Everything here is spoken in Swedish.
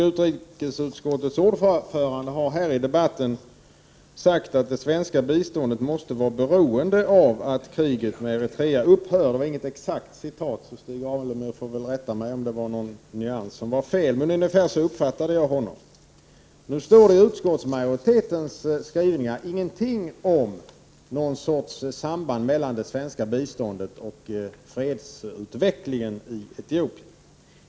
Utrikesutskottets ordförande har här i debatten sagt att det svenska biståndet måste vara beroende av att kriget med Eritrea upphör. Detta är inget exakt citat, så Stig Alemyr får rätta mig om någon nyans var felaktig, men ungefär så uppfattade jag honom. I utskottsmajoritetens skrivningar står det ingenting om något sorts samband mellan det svenska biståndet och fredsutvecklingen i Etiopien.